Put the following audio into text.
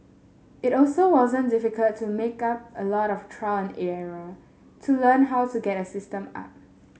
it also wasn't difficult to make up a lot of trial and error to learn how to get a system up